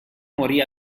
morì